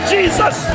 Jesus